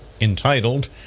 entitled